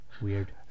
weird